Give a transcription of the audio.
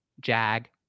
Jag